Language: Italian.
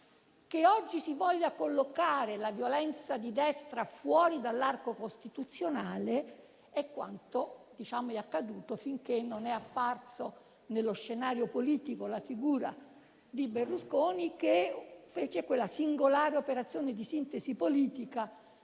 Oggi si vuole collocare la violenza di Destra fuori dall'arco costituzionale, ma è quanto è accaduto finché non è apparsa sullo scenario politico la figura di Berlusconi, che fece quella singolare operazione di sintesi politica